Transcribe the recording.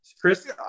chris